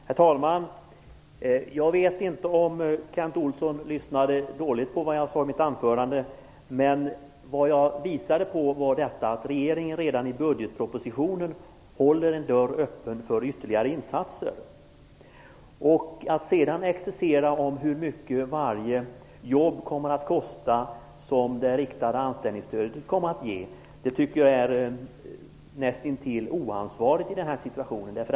Herr talman! Jag vet inte om Kent Olsson lyssnade dåligt på vad jag sade i mitt anförande. Jag visade på att regeringen redan i budgetpropositionen håller en dörr öppen för ytterligare insatser. Jag tycker att det är näst intill oansvarigt att sedan prata om hur mycket varje jobb som det riktade anställningsstödet ger kommer att kosta.